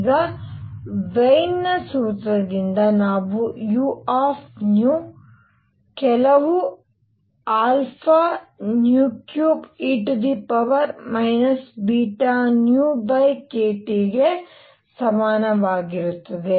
ಈಗ ವೀನ್ ನ ಸೂತ್ರದಿಂದ ನಾವು uν ಕೆಲವು α3e βνkTಗೆ ಸಮಾನವಾಗಿರುತ್ತದೆ